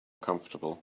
comfortable